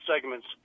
segments